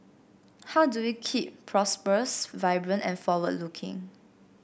how do we keep prosperous vibrant and forward looking